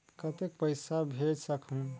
कतेक पइसा भेज सकहुं?